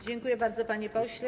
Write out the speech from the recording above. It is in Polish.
Dziękuję bardzo, panie pośle.